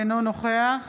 אינו נוכח